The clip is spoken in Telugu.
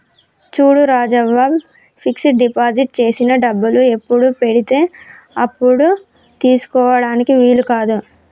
చూడు రాజవ్వ ఫిక్స్ డిపాజిట్ చేసిన డబ్బులు ఎప్పుడు పడితే అప్పుడు తీసుకుటానికి వీలు కాదు